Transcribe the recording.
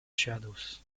shadows